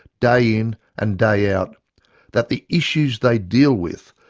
day in and day out that the issues they deal with,